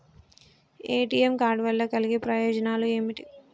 ATM card వల్ల కలిగే ప్రయోజనాలు ఏమిటి?